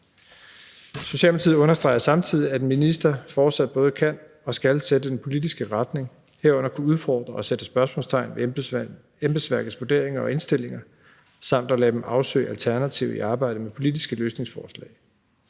Socialdemokratiet understreger samtidig, at en minister fortsat både kan og skal sætte den politiske retning, herunder kunne udfordre og sætte spørgsmålstegn ved embedsværkets vurderinger og indstillinger samt lade dem afsøge alternativer i arbejdet med politiske løsningsforslag.